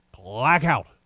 blackout